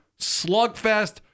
slugfest